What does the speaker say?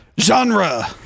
Genre